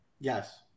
Yes